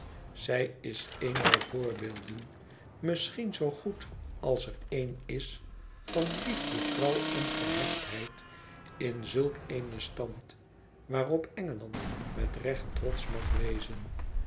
zij is een der voorbeelden misschien zoo goed als er een is van liefde trouw en gehechtheid in zulk een stand waarop engeland met recht trotsch mag wezen